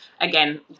again